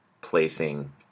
placing